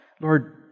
Lord